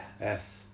Yes